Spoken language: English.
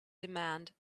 demand